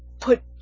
put